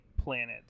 planets